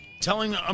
telling